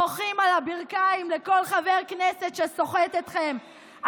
בוכים על הברכיים לכל חבר כנסת שסוחט אתכם,